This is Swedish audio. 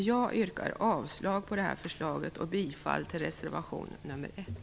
Jag yrkar avslag på detta förslag och bifall till reservation 1.